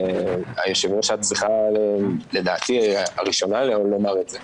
והיו"ר את צריכה לדעתי להיות הראשונה לומר את זה,